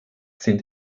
sind